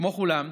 כמו כולם,